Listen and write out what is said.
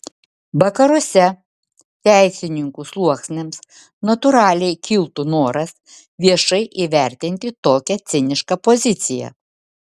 vakaruose teisininkų sluoksniams natūraliai kiltų noras viešai įvertinti tokią cinišką poziciją